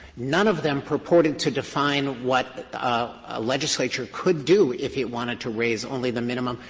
none of them purported to define what a legislature could do if it wanted to raise only the minimum,